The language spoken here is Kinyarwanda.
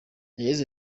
yagize